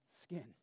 skin